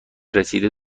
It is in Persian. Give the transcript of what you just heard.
رسیده